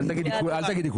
אלך תגידי כולנו.